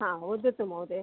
हा वदतु महोदय